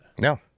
No